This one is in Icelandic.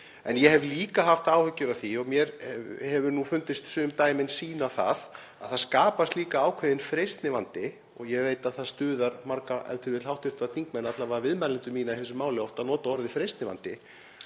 En ég hef líka haft áhyggjur af því, og mér hefur nú fundist sum dæmin sýna það, að það skapast líka ákveðinn freistnivandi — og ég veit að það stuðar e.t.v. marga hv. þingmenn, alla vega viðmælendur mína í þessu máli oft, að nota orðið freistnivandi